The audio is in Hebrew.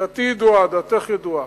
דעתי ידועה, דעתך ידועה.